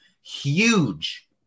Huge